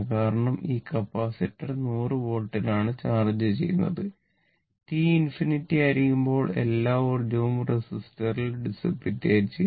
കാരണം ഈ കപ്പാസിറ്റർ 100 വോൾട്ടിലാണ് ചാർജ്ജ് ചെയ്യുന്നത് t ∞ ആയിരിക്കുമ്പോൾ എല്ലാ ഊർജ്ജവും റെസിസ്റ്ററിൽ ഡിസിപിറ്റേറ്റ് ചെയ്യും